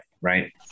right